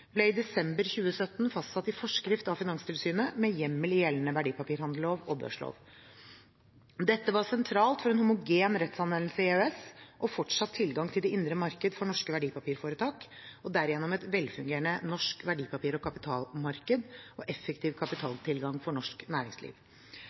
ble i desember 2017 fastsatt i forskrift av Finanstilsynet med hjemmel i gjeldende verdipapirhandellov og børslov. Dette var sentralt for en homogen rettsanvendelse i EØS og fortsatt tilgang til det indre markedet for norske verdipapirforetak, og derigjennom et velfungerende norsk verdipapir- og kapitalmarked og effektiv